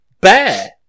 bear